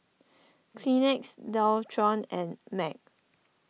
Kleenex Dualtron and Mag